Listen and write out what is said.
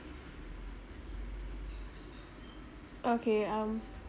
okay um